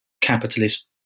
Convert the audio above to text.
capitalist